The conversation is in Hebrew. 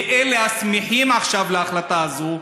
באלה השמחים עכשיו על ההחלטה הזאת,